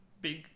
big